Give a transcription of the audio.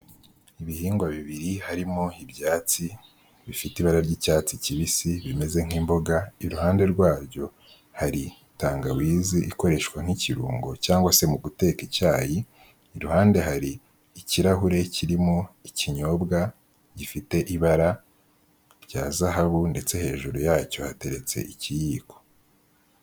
Ibihingwa bibiri harimo ibyatsi bifite ibara ry'icyatsi kibisi bimeze nk'imboga, iruhande rwabyo hari tangawizi ikoreshwa nk'ikirungo cyangwa se mu guteka icyayi, iruhande hari ikirahure kirimo ikinyobwa gifite ibara rya zahabu ndetse hejuru yacyo hateretse ikiyiko.